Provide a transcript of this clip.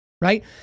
right